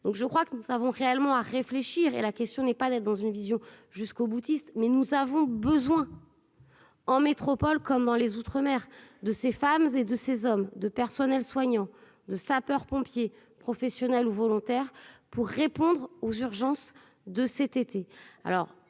donc je crois que nous avons réellement à réfléchir, et la question n'est pas là dans une vision jusqu'au-boutiste mais nous avons besoin en métropole comme dans les outre-mer, de ces femmes et de ces hommes de personnel soignant de sapeurs-pompiers professionnels ou volontaires pour répondre aux urgences de cet été,